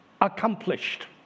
accomplished